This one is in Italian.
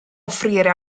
offrire